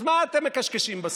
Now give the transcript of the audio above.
אז מה אתם מקשקשים בשכל?